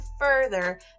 further